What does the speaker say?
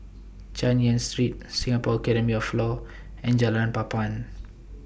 Chay Yan Street Singapore Academy of law and Jalan Papan